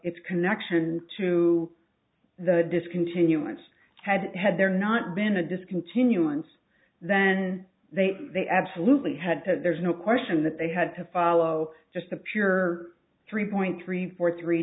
its connection to the discontinuance had had there not been a discontinuance then they they absolutely had to there's no question that they had to follow just a pure three point three four three